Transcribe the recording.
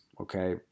okay